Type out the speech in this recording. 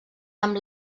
amb